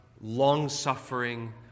long-suffering